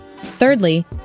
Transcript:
Thirdly